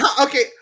Okay